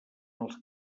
els